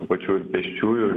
pačių ir pėsčiųjų